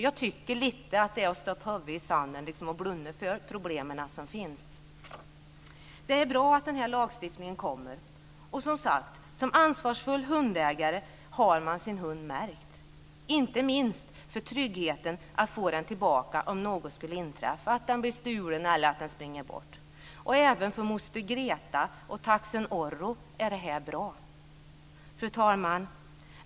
Jag tycker att det är som att stoppa huvudet i sanden och blunda för verkligheten. Det är bra att den här lagstiftningen kommer och, som sagt, som ansvarsfull hundägare har man sin hund märkt, inte minst för tryggheten att få den tillbaka om något skulle inträffa, om hunden blir stulen eller springer bort. Även för moster Greta och taxen Orro är det här bra. Fru talman!